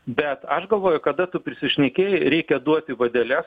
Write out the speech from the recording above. bet aš galvoju kada tu prisišnekėjai reikia duoti vadeles